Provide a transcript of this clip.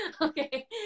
Okay